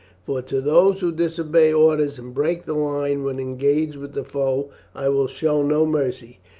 for to those who disobey orders and break the line when engaged with the foe i will show no mercy.